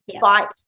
fight